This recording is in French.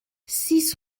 six